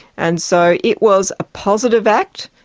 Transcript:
and so it was a positive act,